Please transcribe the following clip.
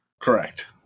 Correct